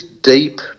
deep